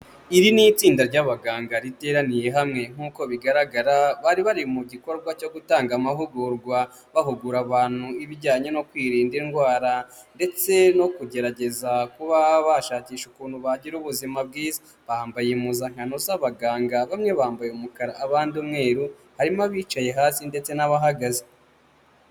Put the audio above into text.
Iri ni tsinda ry'abaganga riteraniye hamwe nk'uko bigaragara bari bari mu gikorwa cyo gutanga amahugurwa bahugura abantu ibijyanye no kwirinda indwara, ndetse no kugerageza kuba bashakisha ukuntu bagira ubuzima bwiza bambaye impuzankano z'abaganga bamwe bambaye umukara abandi umweru harimo abicaye hasi ndetse n'abahagaze.